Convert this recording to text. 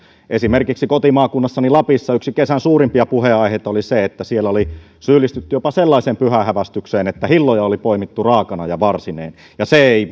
esimerkiksi kotimaakunnassani lapissa yksi kesän suurimpia puheenaiheita oli se että siellä oli syyllistytty jopa sellaiseen pyhäinhäväistykseen että hilloja oli poimittu raakana ja varsineen ja se ei